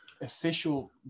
Official